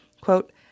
Quote